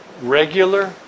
regular